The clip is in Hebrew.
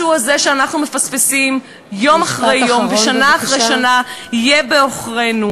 והמשהו הזה שאנחנו מפספסים יום אחרי יום ושנה אחרי שנה יהיה בעוכרינו.